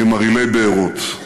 כמרעילי בארות.